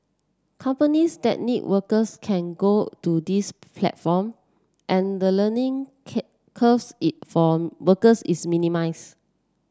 companies that need workers can go to this platform and the learning is minimize